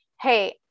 Hey